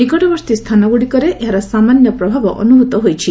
ନିକଟବର୍ତ୍ତୀ ସ୍ଥାନ ଗୁଡ଼ିକରେ ଏହାର ସାମାନ୍ୟ ପ୍ରଭାବ ଅନୁଭୂତ ହୋଇଛି